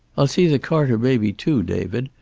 i'll see the carter baby, too, david,